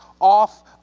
off